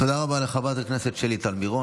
תודה רבה לחברת הכנסת שלי טל מירון.